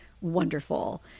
wonderful